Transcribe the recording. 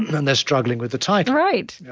and they're struggling with the title right!